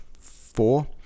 four